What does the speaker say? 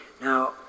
Now